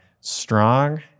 strong